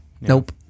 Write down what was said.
nope